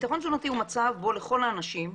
ביטחון תזונתי הוא מצב בו לכל האנשים,